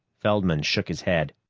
feldman shook his head.